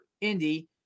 Indy